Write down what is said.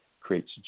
creates